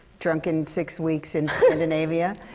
drunken six weeks in scandinavia,